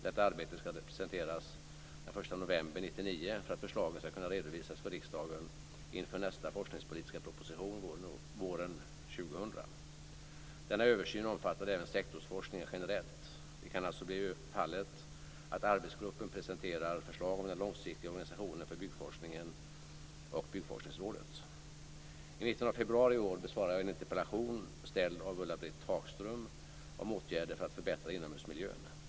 Detta arbete skall presenteras den 1 november 1999, för att förslagen skall kunna redovisas för riksdagen inför nästa forskningspolitiska proposition våren 2000. Denna översyn omfattar även sektorsforskningen generellt. Det kan alltså bli fallet att arbetsgruppen presenterar förslag om den långsiktiga organisationen för byggforskningen och Byggforskningsrådet. I mitten av februari i år besvarade jag en interpellation ställd av Ulla-Britt Hagström om åtgärder för att förbättra inomhusmiljön.